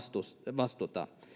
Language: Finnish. vastuuta